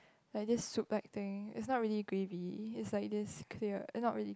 like this soup like thing is not really gravy is like this clear and not really